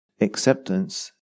acceptance